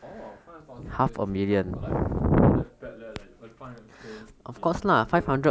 orh five hundred thousand eh three months got like not that bad leh like five hundred K in a year